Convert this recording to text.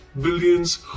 billions